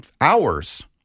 hours